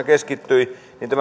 keskittyi